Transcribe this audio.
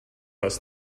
les